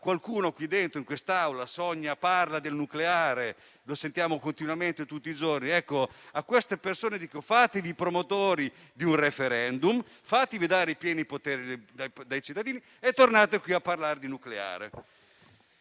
qualcuno qui in Aula sogna e parla del nucleare, lo sentiamo continuamente, tutti i giorni. A queste persone dico di farsi promotori di un *referendum,* di farsi dare i pieni poteri dai cittadini e di tornare qui a parlare di nucleare.